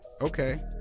okay